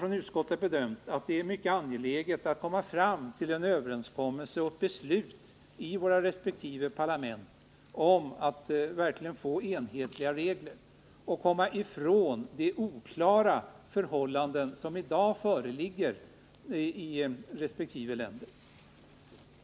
Från utskottet har vi bedömt det som mycket angeläget att vi i de nordiska parlamenten kommer fram till en överenskommelse och beslut om att verkligen få enhetliga regler och komma ifrån de oklara förhållanden som i dag föreligger i resp. land.